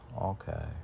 Okay